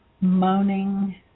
moaning